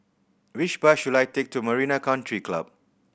which bus should I take to Marina Country Club